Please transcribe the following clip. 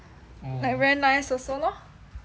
like very nice also lor